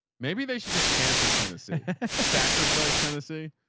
maybe they should just cancel tennessee sacrificed, tennessee.